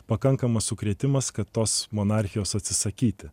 pakankamas sukrėtimas kad tos monarchijos atsisakyti